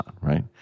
right